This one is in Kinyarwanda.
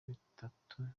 bitatu